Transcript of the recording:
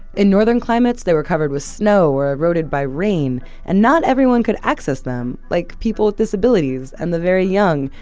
in northern climates, they were covered with snow or eroded by rain and not everyone could access them like people with disabilities and the very young,